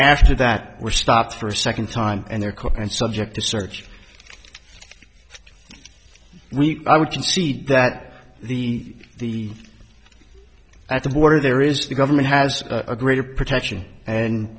after that were stopped for a second time in their car and subject to search we would concede that the the at the border there is the government has a greater protection and